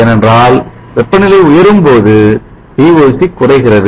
ஏனென்றால் வெப்பநிலை உயரும் போது VOC குறைகிறது